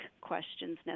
questions